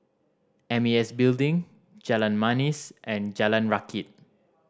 M A S Building Jalan Manis and Jalan Rakit